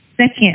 Second